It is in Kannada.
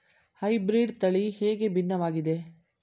ಹೈಬ್ರೀಡ್ ತಳಿ ಹೇಗೆ ಭಿನ್ನವಾಗಿದೆ?